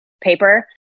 paper